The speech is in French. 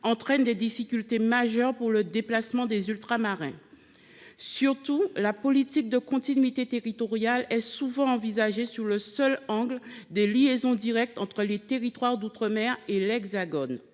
entraîne des difficultés majeures pour le déplacement des Ultramarins. Surtout, la politique de continuité territoriale est souvent envisagée sous le seul angle des liaisons directes entre les territoires d’outre mer et l’Hexagone.